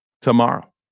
tomorrow